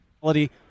quality –